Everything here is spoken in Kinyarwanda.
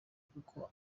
kuko